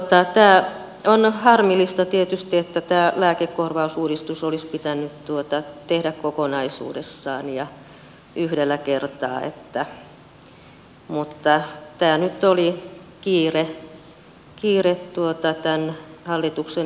tämä on harmillista tietysti tämä lääkekorvausuudistus olisi pitänyt tehdä kokonaisuudessaan ja yhdellä kertaa mutta tässä nyt oli kiire tämän hallituksen esityksen kanssa